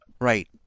right